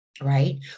Right